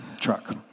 truck